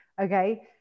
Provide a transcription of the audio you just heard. Okay